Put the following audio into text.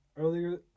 earlier